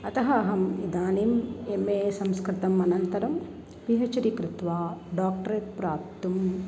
अतः अहम् इदानीम् एम् ए संस्कृतम् अनन्तरं पि एच् डि कृत्वा डाक्रेट् प्राप्तुं